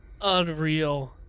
Unreal